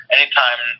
Anytime